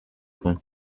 kumwe